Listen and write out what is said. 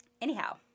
Anyhow